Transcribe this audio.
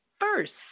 first